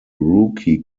rookie